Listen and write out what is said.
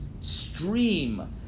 stream